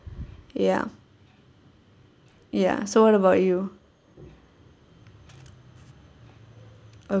ya ya so what about you